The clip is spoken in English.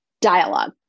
dialogue